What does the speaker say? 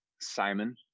Simon